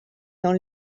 dans